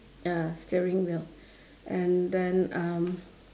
uh steering wheel and then um